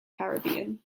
caribbean